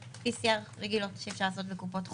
PCR רגילות שאפשר לעשות בקופות חולים.